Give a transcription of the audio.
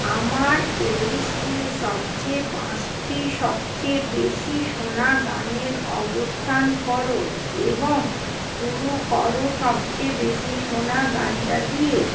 আমার প্লে লিস্টে সবচেয়ে পাঁচটি সবচেয়ে বেশি শোনা গানের অবস্থান করো এবং শুরু করো সবচেয়ে বেশি শোনা গানটা দিয়ে